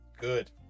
good